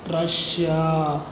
Russia